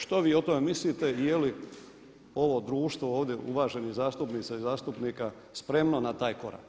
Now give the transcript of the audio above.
Što vi o tome mislite i je li ovo društvo ovdje uvaženih zastupnica i zastupnika spremno na taj korak?